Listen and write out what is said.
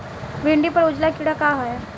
भिंडी पर उजला कीड़ा का है?